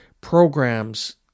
programs